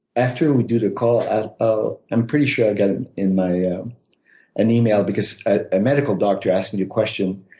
after we do the call, ah ah i'm pretty sure like and in my ah and email because a medical doctor asked me the question,